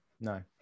No